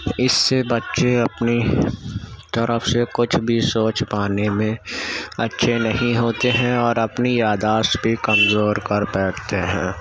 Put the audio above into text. اس سے بچے اپنی طرف سے کچھ بھی سوچ پانے میں اچھے نہیں ہوتے ہیں اور اپنی یادداشت بھی کمزور کر بیٹھتے ہیں